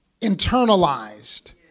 internalized